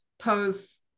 pose